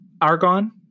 argon